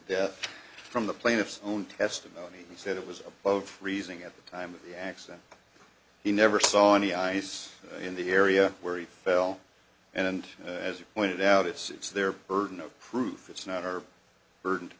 death from the plaintiff's own testimony he said it was above freezing at the time of the accident he never saw any ice in the area where he fell and as you point out it's their burden of proof it's not our burden to